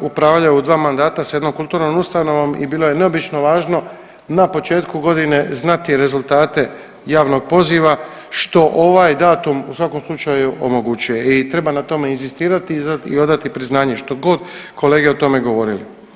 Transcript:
upravljao u dva mandata s jednom kulturnom ustanovom i bilo je neobično važno na početku godine znati rezultate javnog poziva što ovaj datum u svakom slučaju omogućuje i treba na tome inzistirati i odati priznanje, što god kolege o tome govorili.